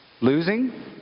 losing